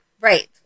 right